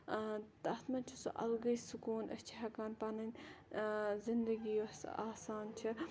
تَتھ مَنٛز چھُ سُہ اَلگٕے سکوٗن أسۍ چھِ ہیٚکان پَنٕنۍ زِندَگی یۄس آسان چھِ